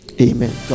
Amen